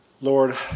Lord